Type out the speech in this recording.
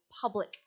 public